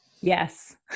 Yes